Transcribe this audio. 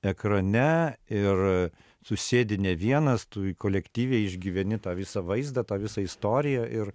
ekrane ir susėdi ne vienas tu kolektyviai išgyveni tą visą vaizdą tą visą istoriją ir